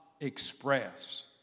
express